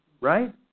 right